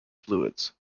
fluids